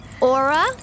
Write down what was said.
Aura